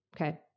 Okay